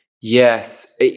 Yes